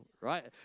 right